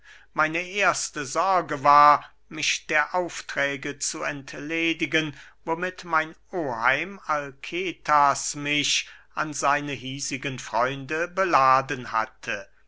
meine erste sorge war mich der aufträge zu entledigen womit mein oheim alketas mich an seine hiesigen freunde beladen hatte